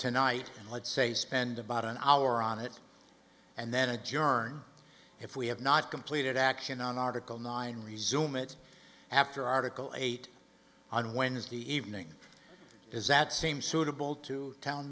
tonight and let say spend about an hour on it and then adjourn if we have not completed action on article nine resume it after article eight on wednesday evening is that same suitable to town